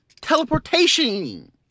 teleportation